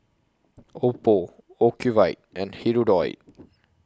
Oppo Ocuvite and Hirudoid